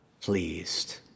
pleased